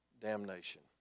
damnation